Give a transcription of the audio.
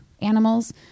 animals